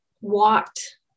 walked